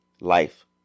life